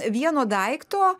vieno daikto